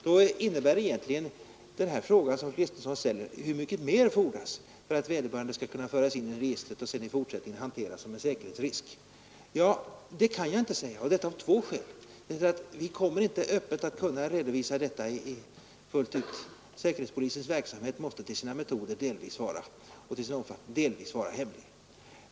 Då innebär egentligen den fråga som fru Kristensson ställde: Hur mycket mer fordras för att vederbörande skall kunna föras in i registret och sedan i fortsättningen hanteras som en säkerhetsrisk? Det kan jag inte säga och detta av två skäl. Vi kan inte öppet redovisa detta fullt ut. Säkerhetspolisens verksamhet måste till sina metoder och till sin omfattning delvis vara hemlig.